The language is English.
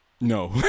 No